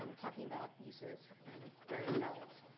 um talking about uses and the various phthalates.